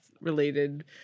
related